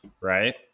right